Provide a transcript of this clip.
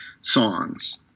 songs